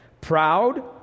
proud